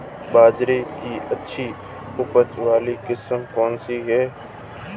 बाजरे की अच्छी उपज वाली किस्म कौनसी है?